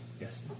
Yes